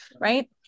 Right